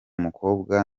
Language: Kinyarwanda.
mukobwa